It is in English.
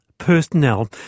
personnel